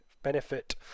benefit